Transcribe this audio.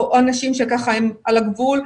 או אנשים שככה הם על הגבול,